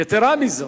יתירה מזו,